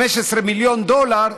15 מיליון דולר,